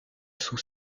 sous